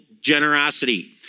generosity